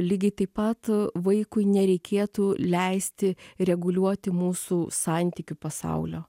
lygiai taip pat vaikui nereikėtų leisti reguliuoti mūsų santykių pasaulio